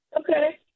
Okay